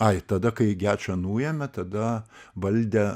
ai tada kai gečą nuėmė tada valdė